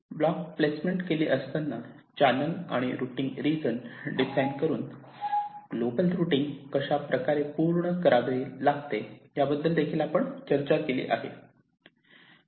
block placement केली असताना channel आणि रुटींग रिजन डिफाइन करून ग्लोबल रुटींग कशाप्रकारे पूर्ण करावे याबद्दल देखील आपण चर्चा केली आहे